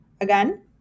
again